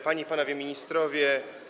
Panie i Panowie Ministrowie!